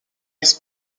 ice